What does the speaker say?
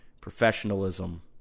professionalism